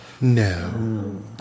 No